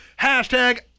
hashtag